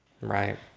Right